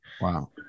Wow